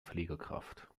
pflegekraft